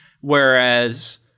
Whereas